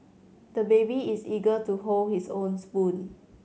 the baby is eager to hold his own spoon